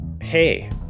Hey